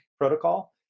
protocol